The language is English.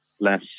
less